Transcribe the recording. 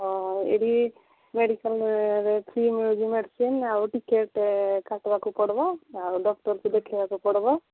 ହଉ ଏଇଠି ମେଡିକାଲ୍ରେ ଫ୍ରି ମିଳୁଛି ମେଡିସିନ୍ ଆଉ ଟିକେଟ୍ କାଟିବାକୁ ପଡ଼ିବ ଆଉ ଡକ୍ଟର୍କୁ ଦେଖେଇବାକୁ ପଡ଼ିବ